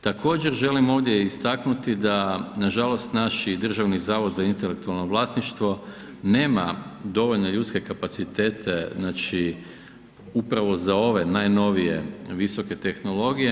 Također želim ovdje istaknuti da nažalost naš Državni zavod za intelektualno vlasništvo nema dovoljno ljudske kapacitete upravo za ove najnovije visoke tehnologije.